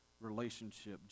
relationship